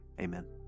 Amen